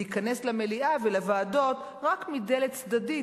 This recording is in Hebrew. להיכנס למליאה ולוועדות רק מדלת צדדית,